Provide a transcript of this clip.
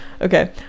okay